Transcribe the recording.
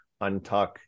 untuck